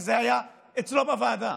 כי זה היה אצלו בוועדה: